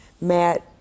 Matt